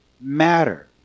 matter